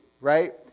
Right